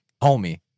Homie